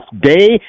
Day